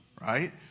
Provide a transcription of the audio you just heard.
Right